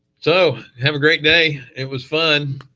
so have a great day. it was fun.